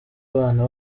abana